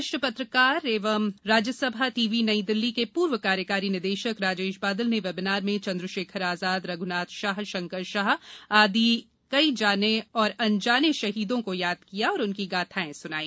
वरिष्ठ त्रकार एवं राज्यसभा टीवी नई दिल्ली के र्व कार्यकारी निदेशक राजेश बादल ने वेबिनार में चंद्रशेखर आजाद रघ्नाथ शाह शंकर शाह जैसे कई जाने और अनजाने शहीदों को याद किया और उनकी गाथाएं सुनाई